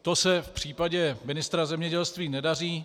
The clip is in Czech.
To se v případě ministra zemědělství nedaří.